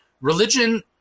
religion